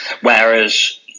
whereas